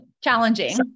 challenging